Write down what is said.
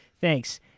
Thanks